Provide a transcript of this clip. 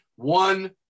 One